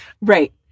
Right